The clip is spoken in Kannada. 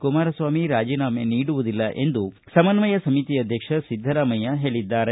ಕುಮಾರಸ್ವಾಮಿ ರಾಜೀನಾಮೆ ನೀಡುವುದಿಲ್ಲ ಎಂದು ಸಮನ್ವಯ ಸಮಿತಿ ಅಧ್ಯಕ್ಷ ಸಿದ್ದರಾಮಯ್ಕ ಹೇಳಿದ್ದಾರೆ